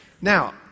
Now